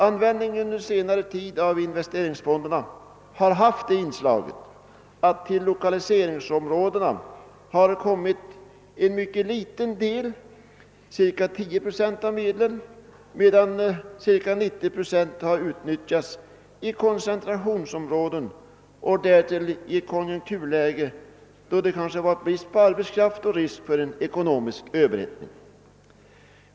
Investeringsfonderna har under senare tid använts på det sättet att till lokaliseringsområdena kommit ca 10 procent av medlen, medan ca 90 procent utnyttjats i koncentrationsområdena. Detta har därtill skett i ett konjunkturläge då det varit brist på arbetskraft och risk för ekonomisk överhettning.